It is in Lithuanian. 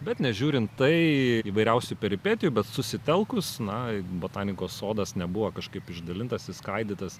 bet nežiūrint tai įvairiausių peripetijų bet susitelkus na botanikos sodas nebuvo kažkaip išdalintas išskaidytas